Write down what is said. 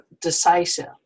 decisive